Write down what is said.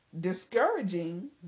Discouraging